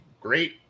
great